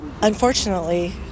Unfortunately